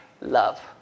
love